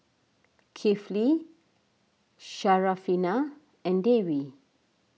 Kifli Syarafina and Dewi